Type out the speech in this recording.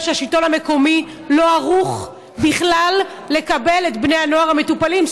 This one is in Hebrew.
שהשלטון המקומי לא ערוך בכלל לקבל את בני הנוער המטופלים.